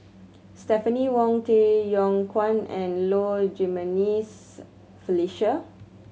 Stephanie Wong Tay Yong Kwang and Low Jimenez Felicia